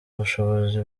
ubushobozi